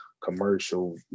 commercial